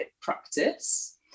practice